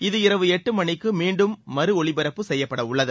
இது இரவு எட்டு மணிக்கு மீண்டும் மறு ஒலிபரப்பு செய்யப்படவுள்ளது